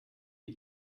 wir